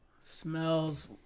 smells